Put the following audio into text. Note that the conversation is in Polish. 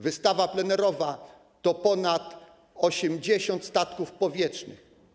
Wystawa plenerowa to ponad 80 statków powietrznych.